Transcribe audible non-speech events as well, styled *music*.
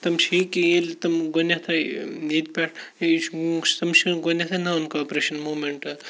تِم چھِ یہِ کہِ ییٚلہِ تِم گۄڈٕنٮ۪تھٕے ییٚتہِ پٮ۪ٹھ یہِ چھُ *unintelligible* چھِ گۄڈٕنٮ۪تھ نان کاپریشَن موٗمٮ۪نٛٹ